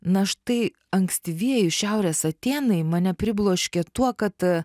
na štai ankstyvieji šiaurės atėnai mane pribloškė tuo kad